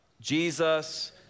Jesus